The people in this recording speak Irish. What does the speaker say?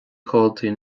chomhaltaí